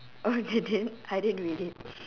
oh they didn't I didn't read it